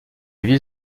ville